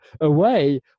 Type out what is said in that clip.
away